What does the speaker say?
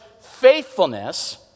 faithfulness